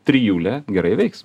trijulė gerai veiks